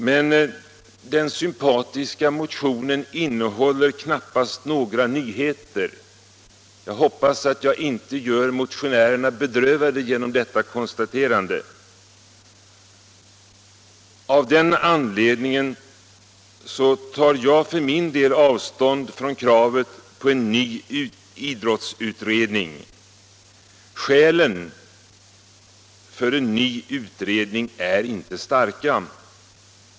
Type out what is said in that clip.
Men den sympatiska motionen innehåller knappast några nyheter — jag hoppas att jag inte gör motionärerna bedrövade genom detta konstaterande. Av den anledningen tar jag avstånd från kravet på en ny idrottsutredning. Skälen för en ny utredning är inte starka.